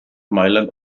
mailand